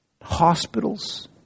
hospitals